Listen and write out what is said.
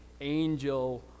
angel